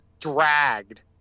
dragged